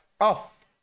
off